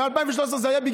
מ-2013 זה היה.